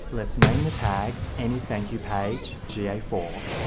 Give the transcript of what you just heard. let's name the tag any thank you page g a four.